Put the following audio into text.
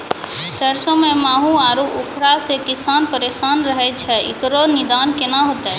सरसों मे माहू आरु उखरा से किसान परेशान रहैय छैय, इकरो निदान केना होते?